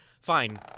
fine